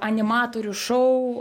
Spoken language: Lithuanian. animatorių šou